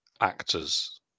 actors